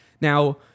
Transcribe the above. now